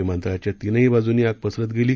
विमानतळाच्या तीनही बाजूंनी आग पसरत गेली